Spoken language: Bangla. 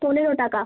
পনেরো টাকা